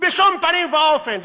בשום פנים ואופן,